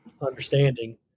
understanding